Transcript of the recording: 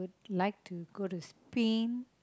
like to go to Spain